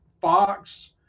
Fox